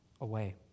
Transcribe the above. away